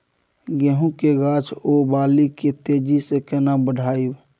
गेहूं के गाछ ओ बाली के तेजी से केना बढ़ाइब?